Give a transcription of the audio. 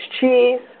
cheese